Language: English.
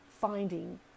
finding